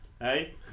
Hey